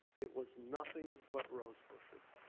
it was nothing but rose bushes.